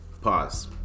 Pause